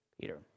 Peter